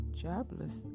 jobless